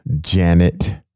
Janet